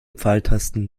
pfeiltasten